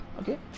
okay